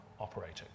operating